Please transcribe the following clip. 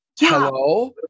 Hello